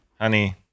honey